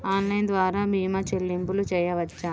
Online ద్వార భీమా చెల్లింపులు చేయవచ్చా?